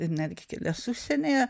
ir netgi kelias užsienyje